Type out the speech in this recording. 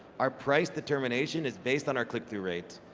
our price determination is based on our click-through rate.